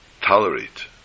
tolerate